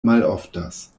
maloftas